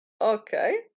Okay